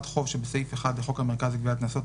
"חוב" שבסעיף 1 לחוק המרכז לגביית קנסות,